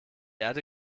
erde